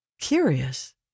Curious